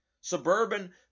suburban